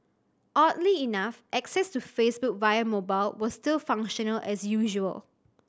oddly enough access to Facebook via mobile was still functional as usual